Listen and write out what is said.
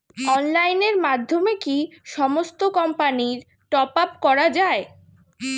অনলাইনের মাধ্যমে কি সমস্ত কোম্পানির টপ আপ করা যায়?